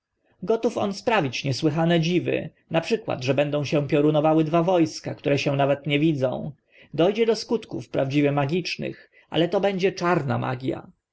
gotów on sprawić niesłychane dziwy na przykład że będą się piorunowały dwa wo ska które się nawet nie widzą do dzie do skutków prawdziwie magicznych ale to będzie czarna magia